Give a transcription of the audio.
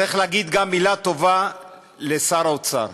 צריך להגיד גם מילה טובה לשר האוצר.